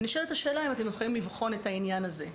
ונשאלת השאלה האם אתם יכולים לבחון את העניין הזה?